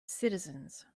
citizens